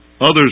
Others